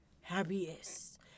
happiest